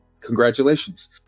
congratulations